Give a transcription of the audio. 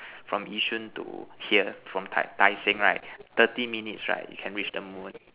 from Yishun to here from tai tai-Seng right thirty minutes right can reach the moon